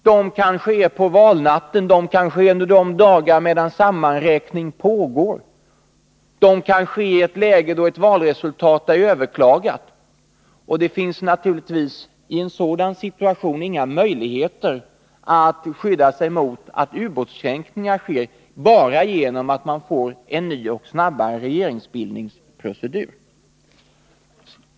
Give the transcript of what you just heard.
De kan ske på Onsdagen den valnatten, de kan ske under de dagar då sammanräkning pågår, de kan skei 25 maj 1983 ett läge då valresultatet är överklagat — det finns naturligtvis i en sådan situation inga möjligheter att skydda sig mot att ubåtskränkningar sker bara genom att man får en ny och snabbare regeringsbildningsprocedur.